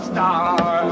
Star